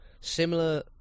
similar